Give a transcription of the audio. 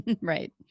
Right